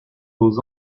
vos